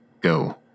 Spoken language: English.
Go